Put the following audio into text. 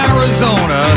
Arizona